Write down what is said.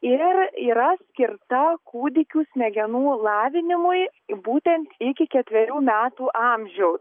ir yra skirta kūdikių smegenų lavinimui būtent iki ketverių metų amžiaus